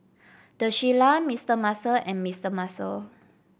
The Shilla Mister Muscle and Mister Muscle